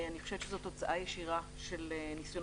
אני חושבת שזאת תוצאה ישירה של ניסיונות